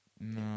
No